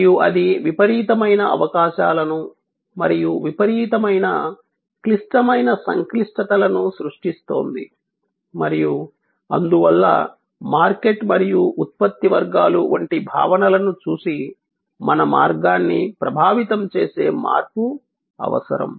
మరియు అది విపరీతమైన అవకాశాలను మరియు విపరీతమైన క్లిష్టమైన సంక్లిష్టతలను సృష్టిస్తోంది మరియు అందువల్ల మార్కెట్ మరియు ఉత్పత్తి వర్గాలు వంటి భావనలను చూసి మన మార్గాన్ని ప్రభావితం చేసే మార్పు అవసరం